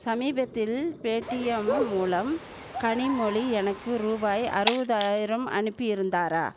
சமீபத்தில் பேடிஎம் மூலம் கனிமொழி எனக்கு ரூபாய் அறுபதாயிரம் அனுப்பி இருந்தாரா